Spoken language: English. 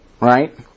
right